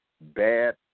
bad